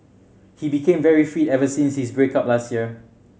he became very fit ever since his break up last year